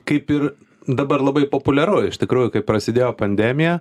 kaip ir dabar labai populiaru iš tikrųjų kaip prasidėjo pandemija